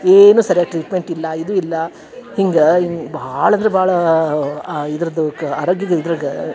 ಏನು ಸರಿಯಾಗಿ ಟ್ರೀಟ್ಮೆಂಟ್ ಇಲ್ಲ ಇದು ಇಲ್ಲ ಹಿಂಗೆ ಭಾಳಂದ್ರ ಭಾಳಾ ಆ ಇದರದ್ದು ಕ ಆರೋಗ್ಯದ ಇದ್ರಗಾ